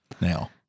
now